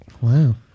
Wow